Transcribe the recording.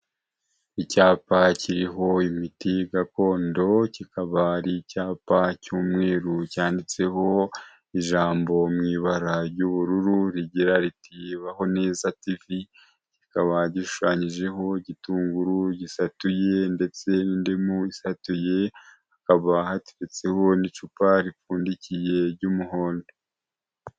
Icyapa kiriho imiti gakondo, kikaba ari icyapa cy'umweru cyanditseho ijambo mu ibara ry'ubururu rigira riti "bahoho neza tivi". Kikaba gishushanyijeho igitunguru gisatuye ndetse n'indimu isatuye, hakaba hatetseho n'icupa ripfundikiye ry'umuhondo.